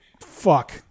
fuck